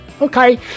Okay